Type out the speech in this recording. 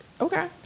Okay